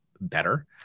better